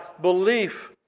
belief